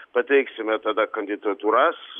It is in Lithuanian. pateiksime tada kandidatūras